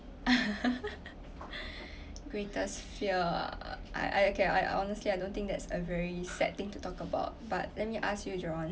greatest fear uh I I can I honestly I don't think that's a very sad thing to talk about but let me ask you john